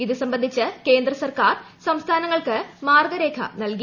ഇതുസംബന്ധിച്ച് കേന്ദ്ര സർക്കാർ സംസ്ഥാനങ്ങൾക്ക് മാർഗരേഖ നൽകി